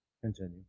continue